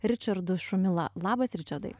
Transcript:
ričardu šumila labas ričardai